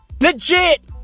Legit